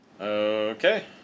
Okay